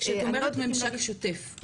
כשאת אומרת ממשק שוטף.